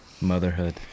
Motherhood